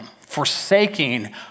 forsaking